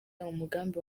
umugambi